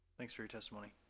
thanks for your testimony.